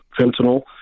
fentanyl